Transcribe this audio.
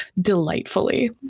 delightfully